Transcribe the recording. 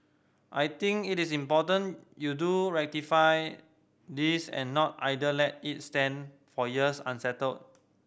I think it is important you do ratify this and not either let it stand for years unsettled